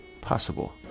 possible